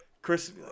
Chris